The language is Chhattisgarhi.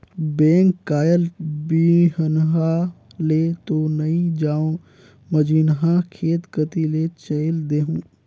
बेंक कायल बिहन्हा ले तो नइ जाओं, मझिन्हा खेत कति ले चयल देहूँ